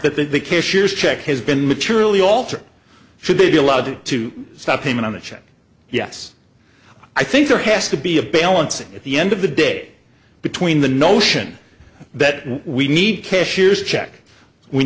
that the cashier's check has been materially altered should they be allowed to stop payment on a check yes i think there has to be a balance at the end of the day between the notion that we need cashiers check we